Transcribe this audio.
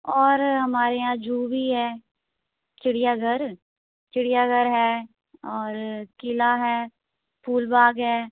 और हमारे यहाँ जो भी है चिड़ियाघर चिड़ियाघर है और किला है फूलबाग है